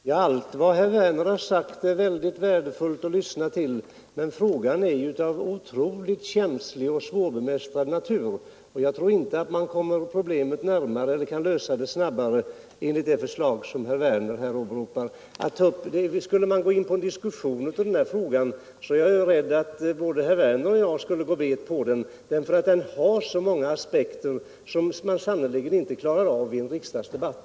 Fru talman! Allt vad herr Werner sagt är värdefullt att lyssna till, men frågan är av otroligt känslig och svårbemästrad natur. Jag tror inte att man kommer problemet närmare eller kan lösa det snabbare enligt det förslag som herr Werner åberopar. Skulle man gå in på en diskussion av denna fråga, är jag rädd att både herr Werner och jag skulle gå bet, därför att den har så många aspekter, vilka man sannerligen inte klarar av i en riksdagsdebatt.